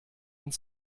und